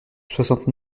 soixante